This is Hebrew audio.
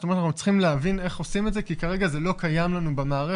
אנחנו צריכים להבין איך עושים את זה כי כרגע זה לא קיים לנו במערכת.